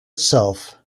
itself